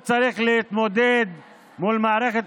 הוא צריך להתמודד מול מערכת